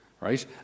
right